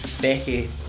Becky